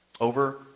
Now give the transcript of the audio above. Over